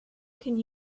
can